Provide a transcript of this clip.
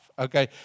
Okay